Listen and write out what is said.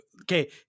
okay